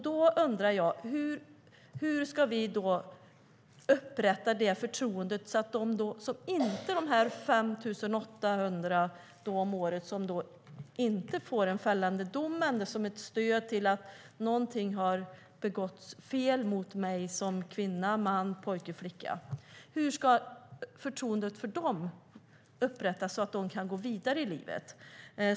Då undrar jag: Hur ska vi upprätta det förtroendet, så att de 5 800 om året som inte får en fällande dom ändå får något slags stöd i att ett fel har begåtts mot dem som kvinna, man, pojke eller flicka. Hur ska förtroendet för dem upprättas, så att de kan gå vidare i livet?